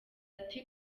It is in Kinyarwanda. ati